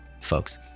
folks